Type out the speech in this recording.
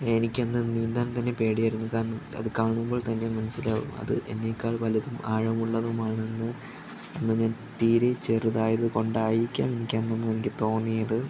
എനിക്കന്ന് നീന്താൻ തന്നെ പേടിയായിരുന്നു കാരണം അത് കാണുമ്പോൾ തന്നെ മനസിലാകും അത് എന്നേക്കാൾ വലുതും ആഴമുള്ളതും ആണെന്ന് അന്ന് ഞാൻ തീരെ ചെറുതായതു കൊണ്ടായിരിക്കാം എനിക്കന്നന്നതു തോന്നിയത്